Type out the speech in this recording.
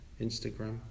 instagram